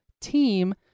Team